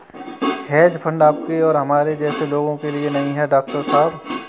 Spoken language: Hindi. हेज फंड आपके और हमारे जैसे लोगों के लिए नहीं है, डॉक्टर साहब